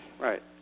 Right